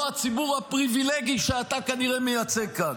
הציבור הפריבילגי שאתה כנראה מייצג כאן.